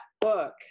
book